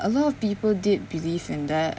a lot of people did believe in that